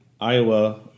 Iowa